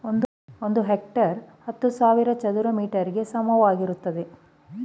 ಒಂದು ಹೆಕ್ಟೇರ್ ಹತ್ತು ಸಾವಿರ ಚದರ ಮೀಟರ್ ಗೆ ಸಮಾನವಾಗಿರುತ್ತದೆ